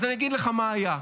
אז אני אגיד לך מה היה.